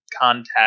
contact